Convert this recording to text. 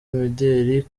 imideli